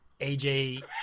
AJ